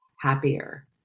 happier